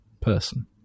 person